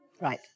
Right